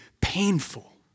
painful